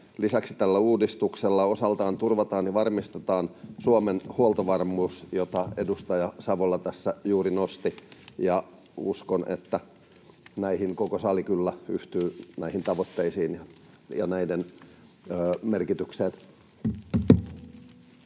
Lisäksi tällä uudistuksella osaltaan turvataan ja varmistetaan Suomen huoltovarmuus, jota edustaja Savola tässä juuri nosti. Uskon, että koko sali kyllä yhtyy näihin tavoitteisiin ja näiden merkitykseen.